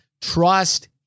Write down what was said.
trust